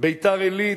ביתר-עילית,